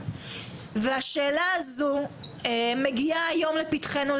השאלה הזו מגיעה היום לפתחנו,